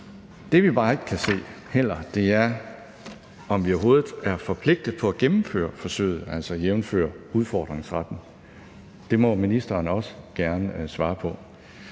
De vi bare ikke kan se, er, om vi overhovedet er forpligtet på at gennemføre forsøget, altså jævnfør udfordringsretten. Det må ministeren også gerne svare på.